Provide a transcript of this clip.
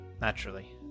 Naturally